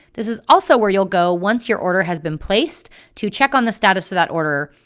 this is also where you'll go once your order has been placed to check on the status for that order,